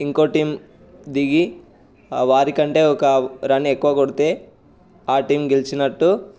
ఇంకో టీం దిగి వారి కంటే ఒక రన్ ఎక్కువ కొడితే ఆ టీం గెలిచినట్టు